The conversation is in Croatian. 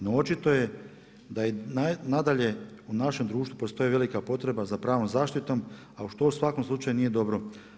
No, očito je da i nadalje u našem društvu postoji velika potreba za pravnom zaštitom, a što u svakom slučaju nije dobro.